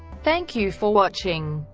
thank you for watching.